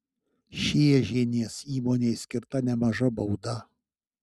šėžienės įmonei skirta nemaža bauda